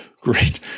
Great